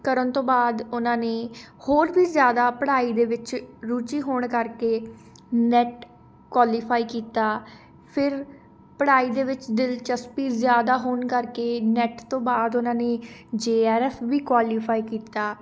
ਕਰਨ ਤੋਂ ਬਾਅਦ ਉਹਨਾਂ ਨੇ ਹੋਰ ਵੀ ਜ਼ਿਆਦਾ ਪੜ੍ਹਾਈ ਦੇ ਵਿੱਚ ਰੁਚੀ ਹੋਣ ਕਰਕੇ ਨੈੱਟ ਕੋਆਲੀਫਾਈ ਕੀਤਾ ਫਿਰ ਪੜ੍ਹਾਈ ਦੇ ਵਿੱਚ ਦਿਲਚਸਪੀ ਜ਼ਿਆਦਾ ਹੋਣ ਕਰਕੇ ਨੈੱਟ ਤੋਂ ਬਾਅਦ ਉਹਨਾਂ ਨੇ ਜੇ ਆਰਐੱਫਵੀ ਕੋਆਲੀਫਾਈ ਕੀਤਾ